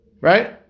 Right